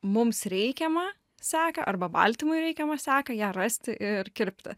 mums reikiamą seką arba baltymui reikiamą seką ją rasti ir kirpti